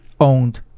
owned